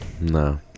No